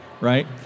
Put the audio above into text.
Right